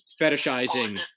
fetishizing